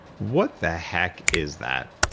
what the heck is that?